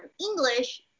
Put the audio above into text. English